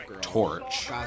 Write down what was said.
torch